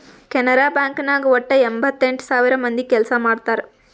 Canara bank ನಾಗ್ ವಟ್ಟ ಎಂಭತ್ತೆಂಟ್ ಸಾವಿರ ಮಂದಿ ಕೆಲ್ಸಾ ಮಾಡ್ತಾರ್